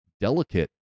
delicate